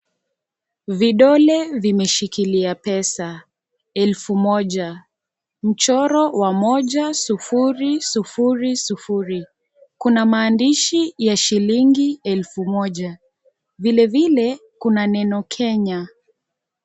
Vidole vimeshikilia pesa. Elfu moja. Mchoro wa 1000.Kuna mandishi ya shilingi elfu moja. Vile vile kuna neno Kenya.